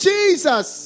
Jesus